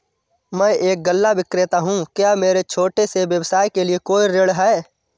मैं एक गल्ला विक्रेता हूँ क्या मेरे छोटे से व्यवसाय के लिए कोई ऋण है?